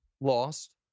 lost